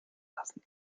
lassen